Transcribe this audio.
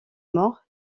mort